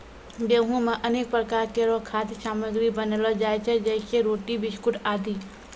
गेंहू सें अनेक प्रकार केरो खाद्य सामग्री बनैलो जाय छै जैसें रोटी, बिस्कुट आदि